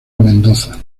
mendoza